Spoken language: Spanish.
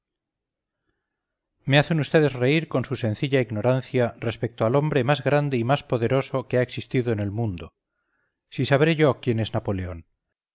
me hacen vds reír con su sencilla ignorancia respecto al hombre más grande y más poderoso que ha existido en el mundo si sabré yo quién es napoleón